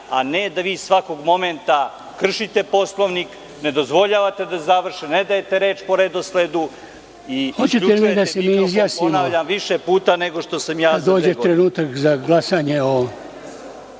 a ne da vi svakog momenta kršite Poslovnik, ne dozvoljavate da završe, ne dajete reč po redosledu i isključujete mikrofon, ponavljam, više puta nego što sam ja za dve